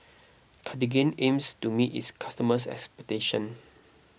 Cartigain aims to meet its customers' expectations